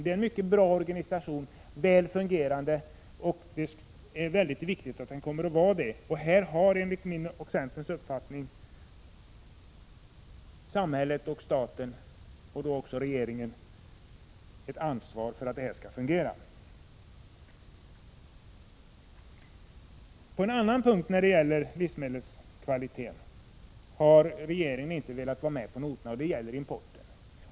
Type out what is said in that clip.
Det är en mycket bra och väl fungerande organisation, och det är viktigt att den fortsätter att vara det. Enligt vår uppfattning i centern har samhället, och alltså också regeringen, ett ansvar för att detta fungerar. På en annan punkt som gäller livsmedelskvalitet har inte regeringen varit med på noterna, nämligen beträffande importen.